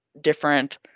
different